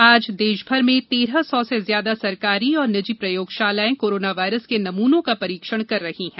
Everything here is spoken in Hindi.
आज देश भर में तेरह सौ से ज्यादा सरकारी और निजी प्रयोगशालाएं कोरोना वायरस के नमूनों का परीक्षण कर रही हैं